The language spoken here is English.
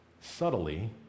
subtly